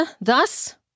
thus